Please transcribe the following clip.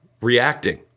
reacting